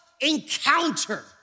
encounter